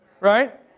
Right